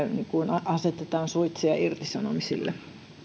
asetetaan suitsia irtisanomisille